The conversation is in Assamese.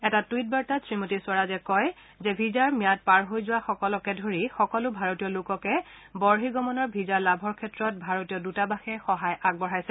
এটা টুইট বাৰ্তাত শ্ৰীমতী স্বৰাজে কয় যে ভিজাৰ ম্যাদ পাৰ হৈ যোৱা সকলকে ধৰি সকলো ভাৰতীয় লোককে বহিৰ্গমনৰ ভিজা লাভৰ ক্ষেত্ৰত ভাৰতীয় দূতাবাসে সহায় আগবঢ়াইছে